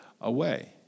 away